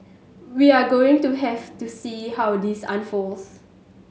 we're going to have to see how this unfolds